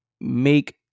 make